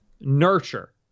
nurture